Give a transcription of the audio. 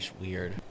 weird